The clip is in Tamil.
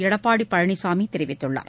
எடப்பாடி பழனிசாமி தெரிவித்துள்ளார்